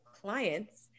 clients